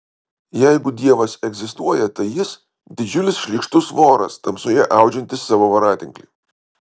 jeigu dievas egzistuoja tai jis didžiulis šlykštus voras tamsoje audžiantis savo voratinklį